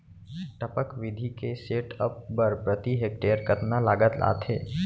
टपक विधि के सेटअप बर प्रति हेक्टेयर कतना लागत आथे?